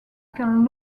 can